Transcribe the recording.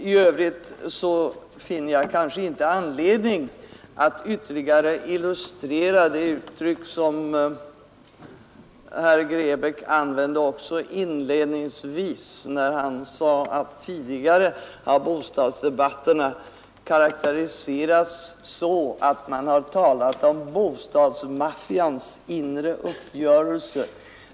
I övrigt finner jag inte anledning att ytterligare illustrera det uttryck som herr Grebäck använde inledningsvis när han sade att man i bostadsdebatterna tidigare talat om bostadsmaffians inre uppgörelse.